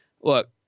look